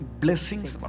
blessings